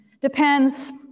depends